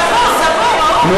צפו, צפו, ראו.